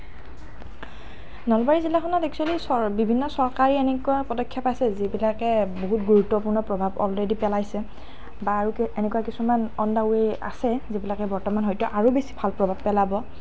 নলবাৰী জিলাখনত এক্সচোৱেলি চৰ বিভিন্ন চৰকাৰী এনেকুৱা পদক্ষেপ আছে যিবিলাকে বহুত গুৰুত্বপূৰ্ণ প্ৰভাৱ অলৰেডি পেলাইছে বা আৰু কে এনেকুৱা কিছুমান অ'ন দা ৱে আছে যিবিলাকে বৰ্তমান হয়তো আৰু বেছি ভাল প্ৰভাৱ পেলাব